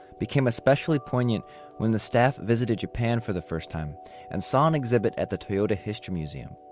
became especially poignant when the staff visited japan for the first time and saw an exhibit at the toyota history museum.